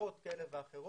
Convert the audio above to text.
הנחות כאלה ואחרות.